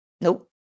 Nope